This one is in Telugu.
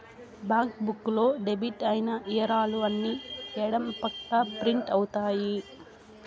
బ్యాంక్ బుక్ లో డెబిట్ అయిన ఇవరాలు అన్ని ఎడం పక్క ప్రింట్ అవుతాయి